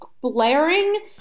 blaring